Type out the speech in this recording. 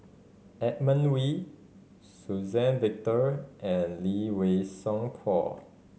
Edmund Wee Suzann Victor and Lee Wei Song Paul